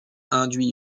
induit